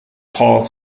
paul